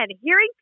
hearing